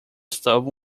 estavam